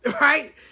Right